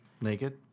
Naked